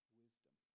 wisdom